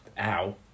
Ow